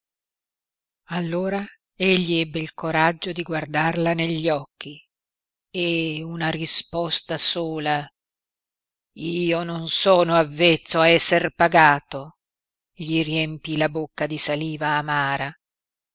allora egli ebbe il coraggio di guardarla negli occhi e una risposta sola io non sono avvezzo a esser pagato gli riempí la bocca di saliva amara